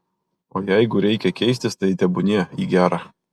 o jeigu reikia keistis tai tebūnie į gera